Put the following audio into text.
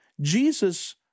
Jesus